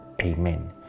Amen